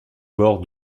bord